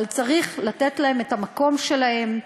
אבל צריך לתת להם את המקום שלהם,